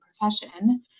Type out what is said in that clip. profession